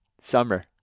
Summer